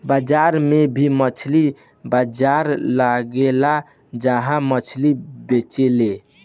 बाजार में भी मछली बाजार लगेला जहा मछली बेचाले